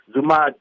Zuma